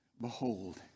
behold